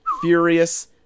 Furious